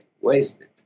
Wasted